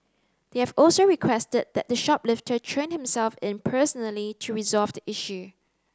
they have also requested that the shoplifter turn himself in personally to resolve the issue